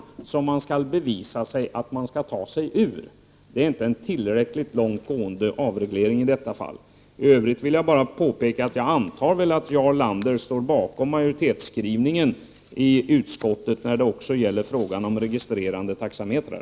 Näringsidkaren måste alltså bevisa att han kan ta sig ur det. I detta fall är avregleringen inte tillräckligt långt gående. I övrigt antar jag att Jarl Lander står bakom majoritetsskrivningen i utskottet i frågan om registrerande taxametrar.